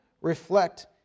reflect